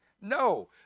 No